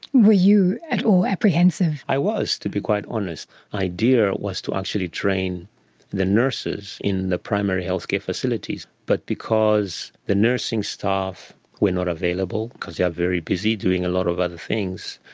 were you at all apprehensive? i was, to be quite honest. the idea was to actually train the nurses in the primary healthcare facilities, but because the nursing staff were not available because they are very busy doing a lot of other things,